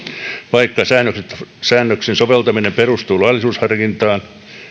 vaikka säännöksen säännöksen soveltaminen perustuu laillisuusharkintaan